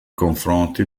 confronti